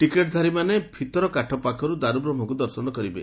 ଟିକେଟଧାରୀ ମାନେ ଭିତରକାଠ ପାଖରୁ ଦାରୁବ୍ରହ୍କୁ ଦର୍ଶନ କରିବେ